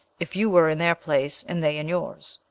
if you were in their place and they in yours.